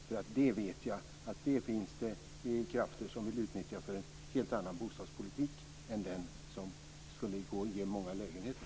Jag vet att det finns krafter som vill utnyttja sådana för en helt annan bostadspolitik än en som skulle ge många lägenheter.